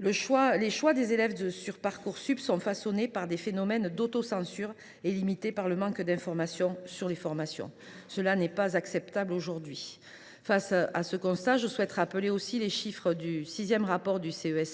Les choix des élèves sur Parcoursup sont façonnés par des phénomènes d’autocensure et limités par le manque d’information sur les formations. Cette situation n’est pas acceptable. Face à ce constat, je souhaite rappeler les chiffres du sixième rapport annuel